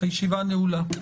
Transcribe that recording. הישיבה נעולה.